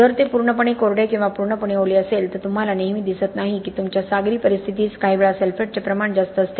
जर ते पूर्णपणे कोरडे किंवा पूर्णपणे ओले असेल तर तुम्हाला नेहमी दिसत नाही की तुमच्या सागरी परिस्थितीत काहीवेळा सल्फेटचे प्रमाण जास्त असते